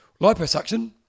Liposuction